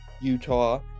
Utah